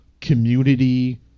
community